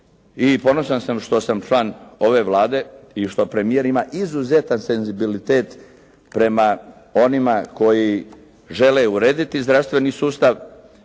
ponosan sam što sam član ove Vlade i što premijer ima izuzetan senzibilitet prema onima koji žele urediti zdravstveni sustav